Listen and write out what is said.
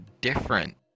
different